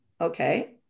okay